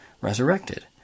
resurrected